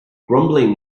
grumbling